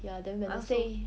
ya then wednesday